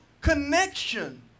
connection